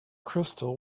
crystal